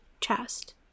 chest